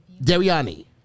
Dariani